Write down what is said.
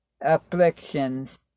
afflictions